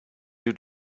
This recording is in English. you